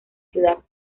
ciudad